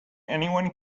anyone